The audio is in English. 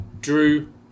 Drew